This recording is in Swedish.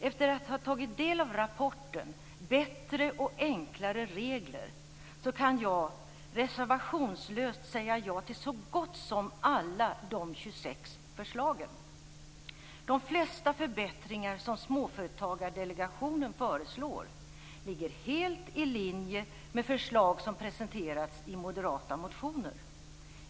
Efter att ha tagit del av rapporten Bättre och enklare regler kan jag reservationslöst säga ja till så gott som alla de 26 förslagen. De flesta förbättringar som Småföretagardelegationen föreslår ligger helt i linje med förslag som presenterats i moderata motioner.